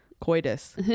coitus